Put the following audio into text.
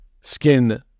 skin